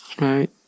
Right